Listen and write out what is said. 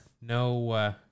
No